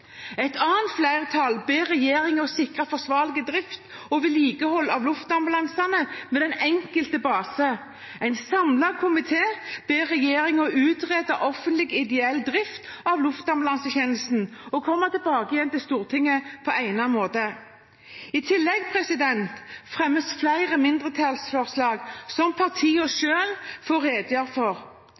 Et annet flertall ber regjeringen sikre forsvarlig drift og vedlikehold av luftambulansene ved den enkelte base. En samlet komité ber regjeringen utrede offentlig/ideell drift av luftambulansetjenesten og komme tilbake til Stortinget på egnet måte. I tillegg fremmes flere mindretallsforslag som partiene selv får redegjøre for.